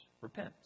repent